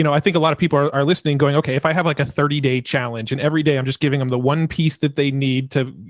i think a lot of people are listening, going okay. if i have like a thirty day challenge and every day, i'm just giving them the one piece that they need to,